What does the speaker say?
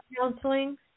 counseling